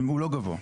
הוא לא גבוה.